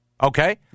Okay